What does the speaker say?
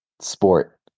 sport